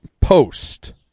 post